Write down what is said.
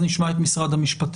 לאחר מכן נשמע את משרד המשפטים.